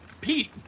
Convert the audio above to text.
Pete